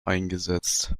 eingesetzt